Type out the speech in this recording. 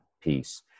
piece